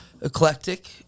eclectic